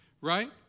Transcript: right